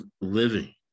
living